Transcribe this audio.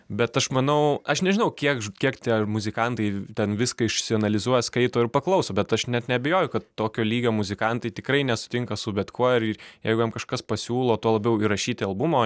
bet aš manau aš nežinau kiek ž kiek tie muzikantai ten viską išsianalizuoja skaito ir paklauso bet aš net neabejoju kad tokio lygio muzikantai tikrai nesutinka su bet kuo ir jeigu jam kažkas pasiūlo tuo labiau įrašyti albumą